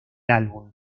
álbum